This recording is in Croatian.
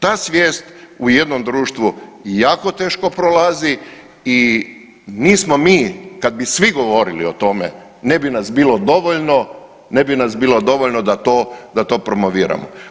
Ta svijest u jednom društvu jako teško prolazi i nismo mi kad bi svi govorili o tome ne bi nas bilo dovoljno, ne bi nas bilo dovoljno da to promoviramo.